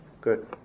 Good